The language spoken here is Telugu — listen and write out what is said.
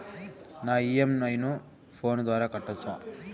నా ఇ.ఎం.ఐ ను ఫోను ద్వారా కట్టొచ్చా?